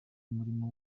umurimo